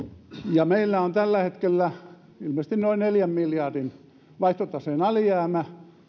meillä on tällä hetkellä ilmeisesti noin neljän miljardin vaihtotaseen alijäämä